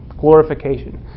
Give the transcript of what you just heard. glorification